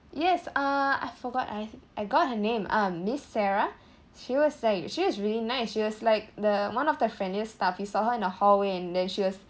yes uh I forgot I I got her name ah miss sarah she was say she was really nice she was like the one of the friendliest staff we saw her in a hallway and then she was